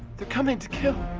they're coming to kill.